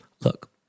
look